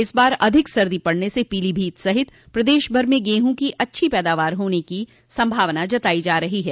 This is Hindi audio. इस बार अधिक सर्दी पड़ने से पीलीभीत सहित प्रदेश भर में गेहूं की अच्छी पैदावार होने की संभावना जताई जा रही है